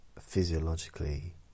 physiologically